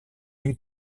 une